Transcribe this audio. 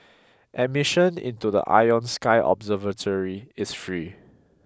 admission into the Ion Sky observatory is free